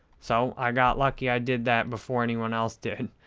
so, i got lucky. i did that before anyone else did.